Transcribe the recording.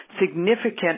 significant